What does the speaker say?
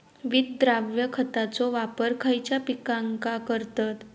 विद्राव्य खताचो वापर खयच्या पिकांका करतत?